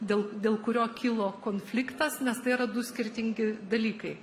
dėl dėl kurio kilo konfliktas nes tai yra du skirtingi dalykai